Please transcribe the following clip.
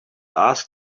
asked